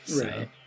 right